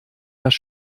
das